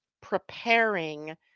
preparing